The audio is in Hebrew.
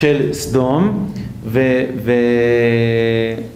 של סדום ו...ו...